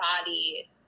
body